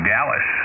Dallas